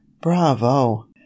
Bravo